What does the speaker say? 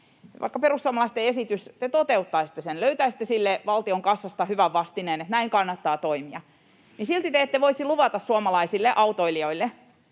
vaikka perussuomalaiset toteuttaisitte esityksenne — löytäisitte sille valtion kassasta sellaisen hyvän vastineen, että näin kannattaa toimia — niin silti te ette voisi luvata suomalaisille autoilijoille,